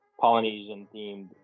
Polynesian-themed